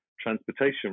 transportation